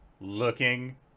looking